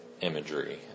imagery